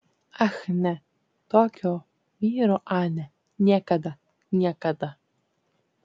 ach ne tokio vyro anė niekada niekada